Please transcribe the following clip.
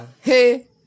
Hey